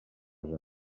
casa